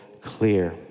clear